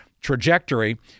trajectory